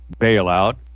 bailout